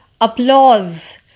Applause